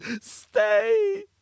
stay